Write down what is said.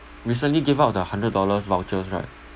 recently gave out the hundred dollars vouchers right